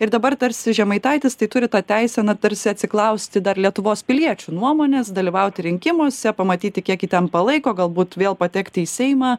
ir dabar tarsi žemaitaitis tai turi tą teisę na tarsi atsiklausti dar lietuvos piliečių nuomonės dalyvauti rinkimuose pamatyti kiek jį ten palaiko galbūt vėl patekti į seimą